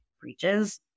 breaches